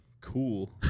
Cool